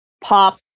pop